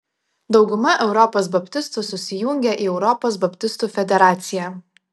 dauguma europos baptistų susijungę į europos baptistų federaciją